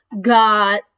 God